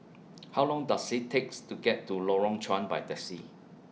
How Long Does IT takes to get to Lorong Chuan By Taxi